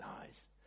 eyes